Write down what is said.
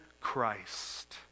Christ